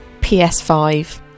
PS5